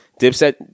Dipset